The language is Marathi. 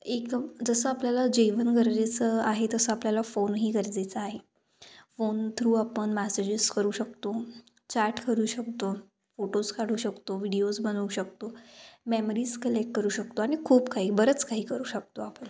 एक जसं आपल्याला जेवण गरजेचं आहे तसं आपल्याला फोनही गरजेचं आहे फोन थ्रू आपण मॅसेजेस करू शकतो चॅट करू शकतो फोटोज् काढू शकतो विडिओज् बनवू शकतो मेमरीस् कलेक्ट करू शकतो आणि खूप काही बरंच काही करू शकतो आपण